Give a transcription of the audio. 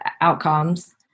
outcomes